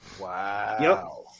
Wow